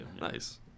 Nice